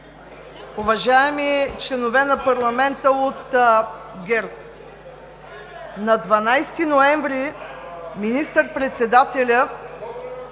Уважаеми членове на парламента от ГЕРБ, на 12 ноември министър-председателят